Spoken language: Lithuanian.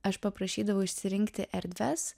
aš paprašydavau išsirinkti erdves